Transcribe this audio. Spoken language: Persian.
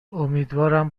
امیدوارم